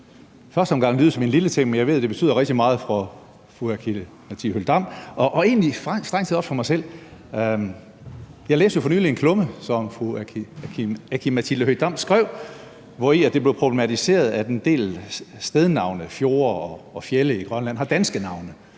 første omgang lyde som en lille ting, men jeg ved, at det betyder rigtig meget for fru Aki-Matilda Høegh-Dam, og det gør det strengt taget også for mig selv. Jeg læste for nylig en klumme, som fru Aki-Matilda Høegh-Dam havde skrevet, hvori det blev problematiseret, at en del stednavne på fjorde og fjelde i Grønland har danske navne,